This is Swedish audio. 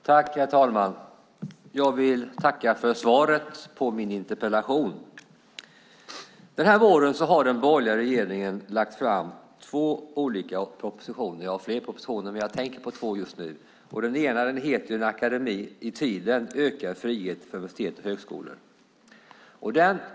Herr talman! Jag vill tacka för svaret på min interpellation. Den här våren har den borgerliga regeringen lagt fram två olika propositioner som jag tänker på just nu. Den ena heter En akademi i tiden - ökad frihet för universitet och högskolor .